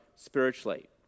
spiritually